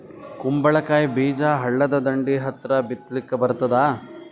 ಕುಂಬಳಕಾಯಿ ಬೀಜ ಹಳ್ಳದ ದಂಡಿ ಹತ್ರಾ ಬಿತ್ಲಿಕ ಬರತಾದ?